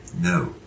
No